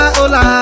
hola